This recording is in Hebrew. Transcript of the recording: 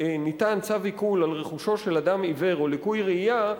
צו עיקול על רכושו של אדם עיוור או לקוי ראוייה,